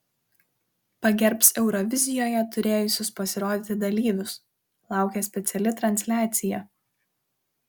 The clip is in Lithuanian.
pagerbs eurovizijoje turėjusius pasirodyti dalyvius laukia speciali transliacija